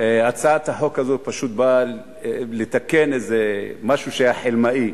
הצעת החוק הזאת פשוט באה לתקן משהו שהיה חלמאי.